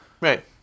Right